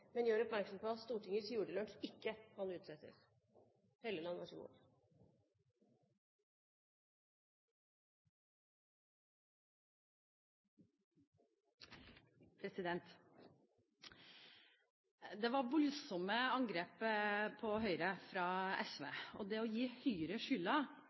men gjør oppmerksom på at Stortingets julelunsj ikke kan utsettes. Det var voldsomme angrep på Høyre fra SVs side, og det å gi Høyre